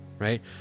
Right